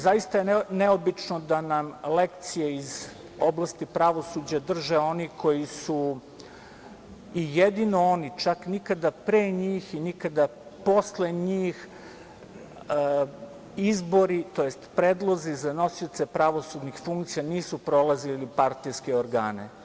Zaista je neobično da nam lekcije iz oblasti pravosuđa drže oni koji su, i jedino oni, čak nikada pre njih i nikada posle njih izbori tj. predlozi za nosioce pravosudnih funkcija nisu prolazili partijske organe.